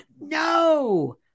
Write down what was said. No